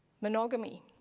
monogamy